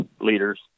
leaders